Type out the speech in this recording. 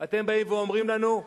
אתם באים ואומרים לנו,